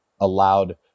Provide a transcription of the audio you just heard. allowed